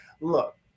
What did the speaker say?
Look